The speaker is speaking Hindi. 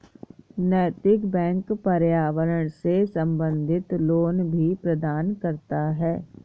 नैतिक बैंक पर्यावरण से संबंधित लोन भी प्रदान करता है